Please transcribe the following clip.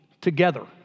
together